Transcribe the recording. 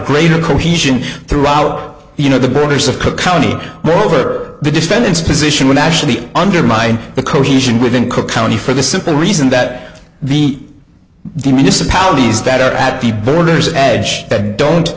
greater cohesion throughout you know the borders of cook county moreover the defense position would actually undermine the cohesion within cook county for the simple reason that beat the municipalities better at people orders edge that don't